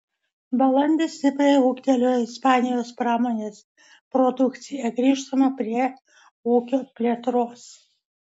balandį stipriai ūgtelėjo ispanijos pramonės produkcija grįžtama prie ūkio plėtros